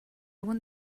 want